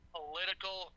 political